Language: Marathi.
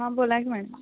हां बोला की मॅडम